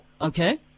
Okay